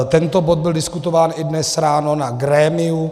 Tento bod byl diskutován i dnes ráno na grémiu.